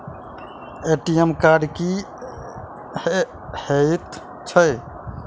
ATM card की हएत छै?